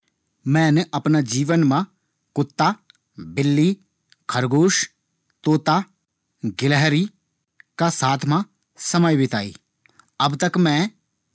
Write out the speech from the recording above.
मैन अपणा जीवन मा कुत्ता, बिल्ली, खरगोश, तोता, गिलहरी का साथ मा समय बिताई।